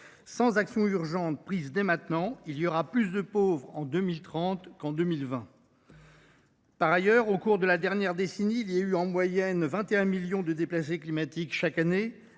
d’une action urgente, il y aura plus de pauvres en 2030 qu’en 2020 ! Par ailleurs, au cours de la dernière décennie, il y a eu en moyenne 21,5 millions de déplacés climatiques chaque année.